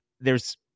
theres